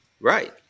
Right